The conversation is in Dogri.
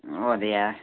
ओह् ते ऐ